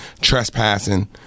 trespassing